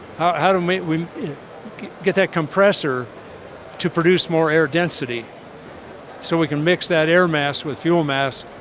how do we get that compressor to produce more air density so we can mix that air mass with fuel mass.